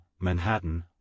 Manhattan